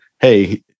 Hey